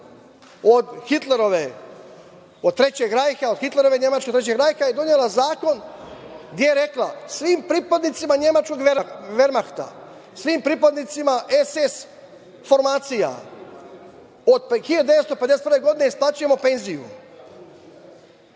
od Hitlerove, od Trećeg rajha, od Hitlerove Nemačke, donela je zakon gde je rekla – svim pripadnicima nemačkog Vermahta, svim pripadnicima SS formacija od 1951. godine isplaćujemo penziju,